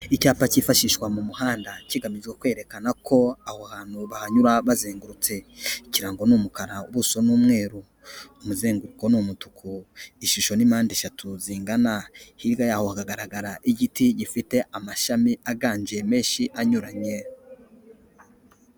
Icyapa cyifashishwa mu muhanda kigamije kwerekana ko aho hantu bahanyura bazengurutse, ikirango ni umukara, ubuso ni umweru, umuzenguruko ni umutuku, ishusho ni mpande eshatu zingana, hirya yaho hagaragara igiti gifite amashami aganje menshi anyuranye.